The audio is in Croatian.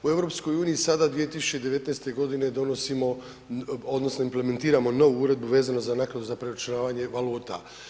U EU sada 2019.g. donosimo odnosno implementiramo novu uredbu vezano za naknadu za preračunavanje valuta.